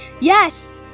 yes